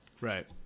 Right